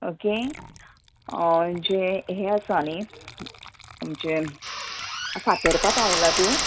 okay जे हें आसा नी आमचें फातर्पा पावला तूं